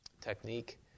technique